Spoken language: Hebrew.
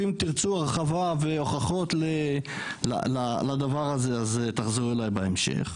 אם תרצו הרחבה והוכחות לדבר הזה אז תחזרו אליי בהמשך.